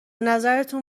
نظرتون